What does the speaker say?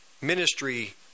ministry